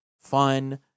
fun